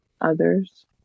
others